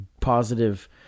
positive